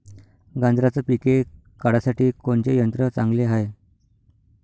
गांजराचं पिके काढासाठी कोनचे यंत्र चांगले हाय?